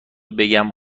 بگم